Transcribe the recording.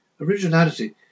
Originality